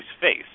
face